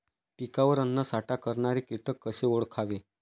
पिकावर अन्नसाठा करणारे किटक कसे ओळखावे?